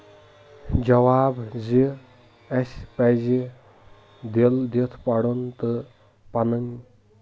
جواب زِ اَسہِ پَزِ دِل دِتھ پَرُن تہٕ پَنٕنۍ